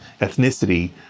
ethnicity